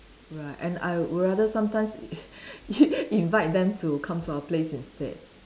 right and I'd rather sometimes in~ invite them to come to our place instead